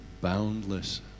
boundless